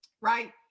right